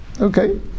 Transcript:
Okay